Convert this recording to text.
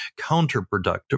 counterproductive